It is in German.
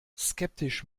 skeptisch